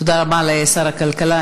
תודה רבה לשר הכלכלה.